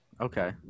okay